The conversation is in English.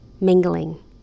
mingling